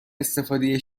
استفاده